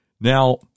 Now